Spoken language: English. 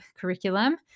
curriculum